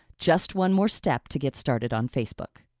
just one more step to get started on facebook.